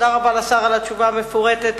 תודה רבה לשר על התשובה המפורטת.